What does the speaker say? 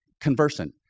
conversant